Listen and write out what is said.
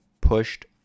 pushed